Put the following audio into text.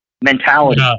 mentality